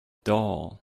doll